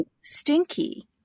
stinky